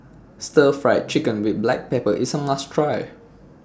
Stir Fried Chicken with Black Pepper IS A must Try